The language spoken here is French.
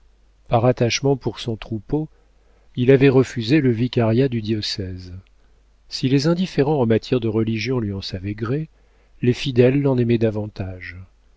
par attachement pour son troupeau il avait refusé le vicariat du diocèse si les indifférents en matière de religion lui en savaient gré les fidèles l'en aimaient davantage